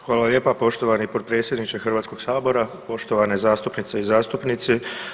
Hvala lijepa poštovani potpredsjedniče HS-a, poštovane zastupnice i zastupnici.